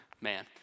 man